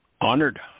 Honored